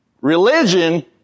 Religion